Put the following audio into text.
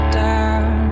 down